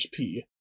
hp